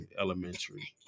elementary